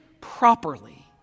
properly